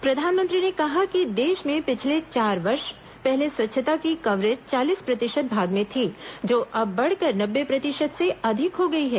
प्रधानमंत्री ने कहा कि देश में पिछले चार वर्ष पहले स्वच्छता की कवरेज चालीस प्रतिशत भाग में थी जो अब बढ़कर नब्बे प्रतिशत से अधिक हो गई है